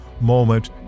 moment